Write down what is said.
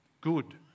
good